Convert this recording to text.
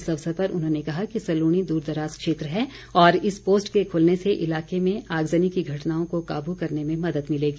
इस अवसर पर उन्होंने कहा कि सलूणी दूरदराज क्षेत्र है और इस पोस्ट के खुलने से इलाके में आगजनी की घटनाओं को काबू करने में मदद मिलेगी